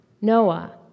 Noah